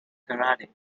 karate